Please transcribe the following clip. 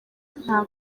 nta